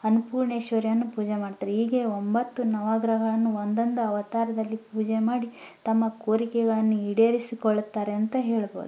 ಅನ್ಪೂರ್ಣೇಶ್ವರಿಯನ್ನು ಪೂಜೆ ಮಾಡ್ತಾರೆ ಹೀಗೆ ಒಂಬತ್ತು ನವಗ್ರಹಗಳನ್ನು ಒಂದೊಂದು ಅವತಾರದಲ್ಲಿ ಪೂಜೆ ಮಾಡಿ ತಮ್ಮ ಕೋರಿಕೆಗಳನ್ನು ಈಡೇರಿಸಿಕೊಳ್ಳುತ್ತಾರೆ ಅಂತ ಹೇಳ್ಬೋದು